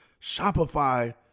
Shopify